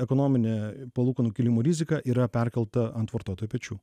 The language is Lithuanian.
ekonominė ir palūkanų kilimo rizika yra perkelta ant vartotojo pečių